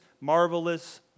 marvelous